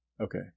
Okay